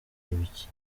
ibiki